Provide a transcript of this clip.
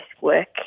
work